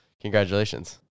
Congratulations